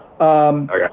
Okay